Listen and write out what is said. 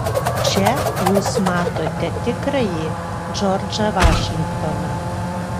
čia jūs matote tikrąjį džordžą vašingtoną